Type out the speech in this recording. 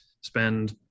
Spend